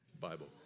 Bible